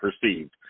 perceived